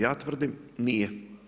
Ja tvrdim nije.